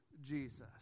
Jesus